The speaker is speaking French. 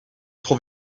trop